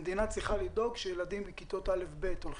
המדינה צריכה לדאוג שילדים בכיתות א'-ב' ילכו